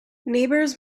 neighbors